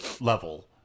level